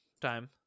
time